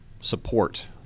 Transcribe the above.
support